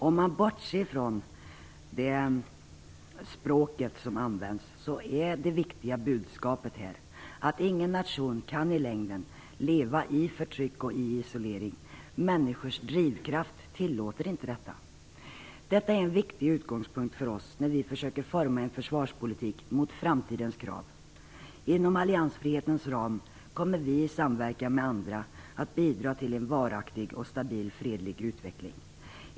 Om man bortser ifrån språket är det viktiga budskapet här att ingen nation kan i längden leva i förtryck och isolering. Människors drivkraft tillåter inte detta. Detta är en viktig utgångspunkt för oss när vi försöker att forma en försvarspolitik mot framtidens krav. Inom alliansfrihetens ram kommer vi i samverkan med andra att bidra till en varaktig och stabil fredlig utveckling.